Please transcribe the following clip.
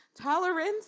Tolerance